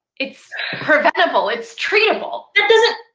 it's preventable, it's treatable. that doesn't,